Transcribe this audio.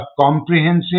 comprehensive